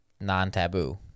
non-taboo